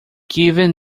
given